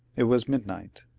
it was midnight.